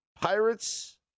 Pirates